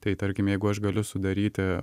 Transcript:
tai tarkim jeigu aš galiu sudaryti